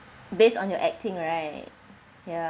based on your acting right ya